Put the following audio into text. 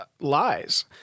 lies